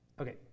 Okay